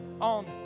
on